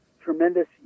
tremendous